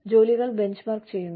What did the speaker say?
ജോലികൾ ബെഞ്ച്മാർക്ക് ചെയ്യുന്നു